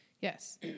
Yes